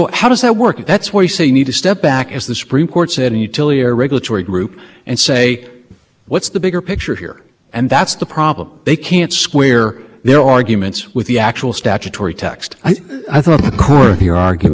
statutory definitions congress clearly was looking at the local markets when it was talking about these things and so to apply essentially the same standard across the board in determining waiver for forbearance such as not applicable the other thing we point out and since that time just to be